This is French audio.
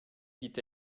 dit